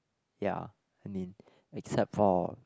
ya I mean except for